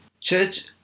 Church